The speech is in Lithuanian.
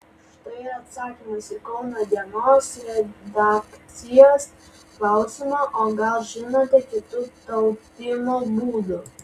štai ir atsakymas į kauno dienos redakcijos klausimą o gal žinote kitų taupymo būdų